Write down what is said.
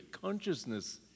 consciousness